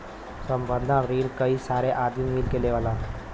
संबंद्ध रिन कई सारे आदमी मिल के लेवलन